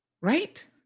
Right